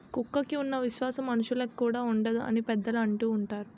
కుక్కకి ఉన్న విశ్వాసం మనుషులుకి కూడా ఉండదు అని పెద్దలు అంటూవుంటారు